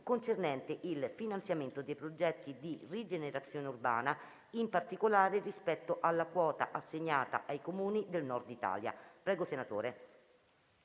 Interrogazione sul finanziamento dei progetti di rigenerazione urbana, in particolare rispetto alla quota assegnata ai Comuni del Nord Italia (**3-03007**)